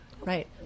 Right